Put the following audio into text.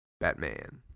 Batman